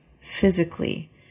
physically